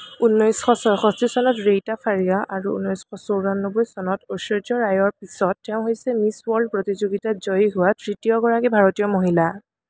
উনৈছশ ছয়ষষ্ঠি চনত ৰীতা ফাৰিয়া আৰু উনৈছশ চৌৰানব্বৈ চনত ঐশ্বৰ্য্য় ৰায়ৰ পিছত তেওঁ হৈছে মিছ ৱৰ্ল্ড প্ৰতিযোগিতাত জয়ী হোৱা তৃতীয়গৰাকী ভাৰতীয় মহিলা